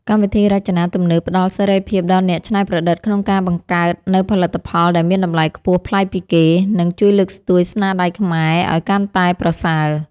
កម្មវិធីរចនាទំនើបផ្តល់សេរីភាពដល់អ្នកច្នៃប្រឌិតក្នុងការបង្កើតនូវផលិតផលដែលមានតម្លៃខ្ពស់ប្លែកពីគេ និង ជួយលើកស្ទួយស្នាដៃខ្មែរឱ្យកាន់តែប្រសើរ។